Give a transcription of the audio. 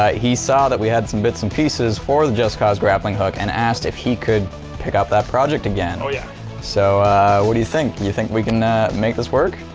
ah he saw that we had some bits and pieces for the just cause grappling hook and asked if he could pick out that project again oh yeah so what do you think? think we can make this work?